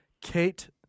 Kate